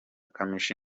kamichi